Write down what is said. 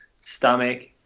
stomach